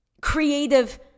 creative